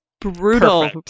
brutal